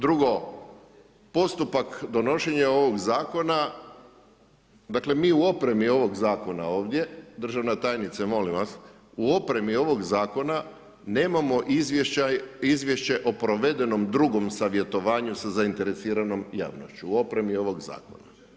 Drugo, postupak donošenja ovoga Zakona dakle, mi u opremi ovoga Zakona ovdje, državna tajnice molim vas, u opremi ovoga Zakona nemamo izvješće o provedenom drugom savjetovanju sa zainteresiranom javnošću u opremi ovoga zakona.